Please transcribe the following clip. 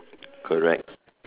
correct